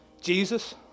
Jesus